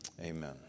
Amen